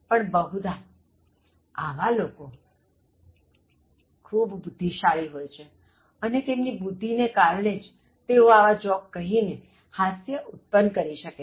પણ બહુધા આવા લોકો ખૂબ બુધ્ધિશાળી હોય છે અને તેમની બુધ્ધિ ને કારણે જ તેઓ આવા જોક કહી ને હાસ્ય ઉત્પન્ન કરી શકે છે